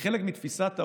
חלק מתפיסת העולם,